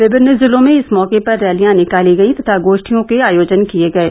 विभिन्न जिलों में इस मौके पर रैलियां निकाली गयीं तथा गोश्ठियों के आयोजन किये गये